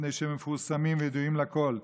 מפני שהם מפורסמים וידועים לכול.